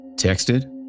Texted